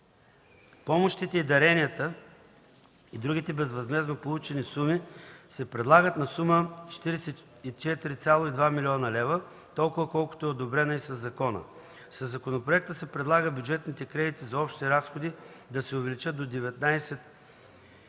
Помощите, даренията и другите безвъзмездно получени суми се предлагат на сума 44,2 млн. лв. – толкова, колкото е одобрена и със закона. Със законопроекта се предлага бюджетните кредити за общи разходи да се увеличат до 19